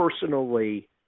personally